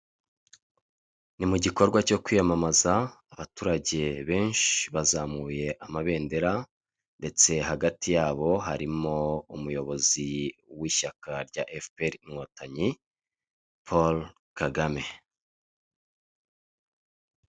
Ni mu gikorwa cyo kwiyamamaza abaturage benshi bazamuye amabendera ndetse hagati yabo harimo umuyobozi w'ishyaka rya efuperi inkotanyi Paul Kagame.